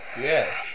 Yes